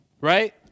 Right